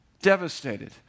devastated